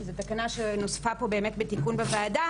שזו תקנה שנוספה פה באמת בתיקון בוועדה